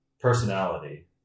personality